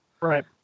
Right